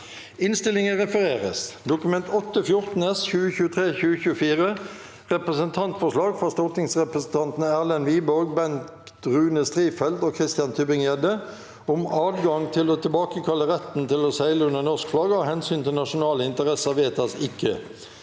følgende v e d t a k : Dokument 8:14 S (2023–2024) – Representantforslag fra stortingsrepresentantene Erlend Wiborg, Bengt Rune Strifeldt og Christian Tybring-Gjedde om adgang til å tilbakekalle retten til å seile under norsk flagg, av hensyn til nasjonale interesser – vedtas ikke.